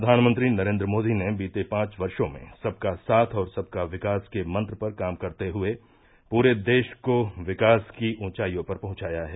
प्रधानमंत्री नरेन्द्र मोदी ने बीते पांच वर्षो में सबका साथ और सबका विकास के मंत्र पर काम करते हये पूरे देस को विकास की ऊंचाइयों पर पहुंचाया है